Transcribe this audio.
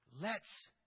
lets